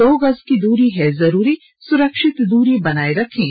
दो गज की दूरी है जरूरी सुरक्षित दूरी बनाए रखें